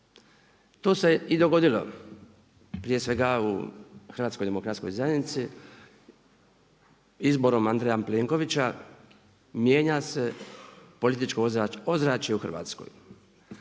To se i dogodilo. Prije svega u HDZ-u izborom Andreja Plenkovića mijenja se političko ozračje u Hrvatskoj.